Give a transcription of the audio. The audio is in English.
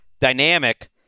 dynamic